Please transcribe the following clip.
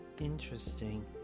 Interesting